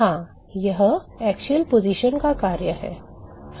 हाँ यह अक्षीय स्थिति का कार्य है